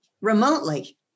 remotely